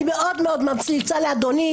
אני מאוד מאוד ממליצה לאדוני,